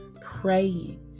praying